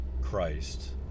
christ